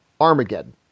Armageddon